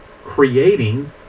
creating